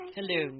Hello